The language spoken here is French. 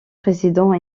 président